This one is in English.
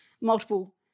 multiple